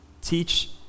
teach